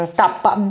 tappa